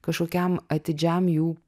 kažkokiam atidžiam jų